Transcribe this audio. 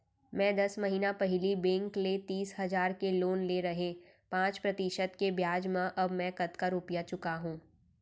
मैं दस महिना पहिली बैंक ले तीस हजार के लोन ले रहेंव पाँच प्रतिशत के ब्याज म अब मैं कतका रुपिया चुका हूँ?